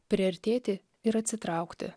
priartėti ir atsitraukti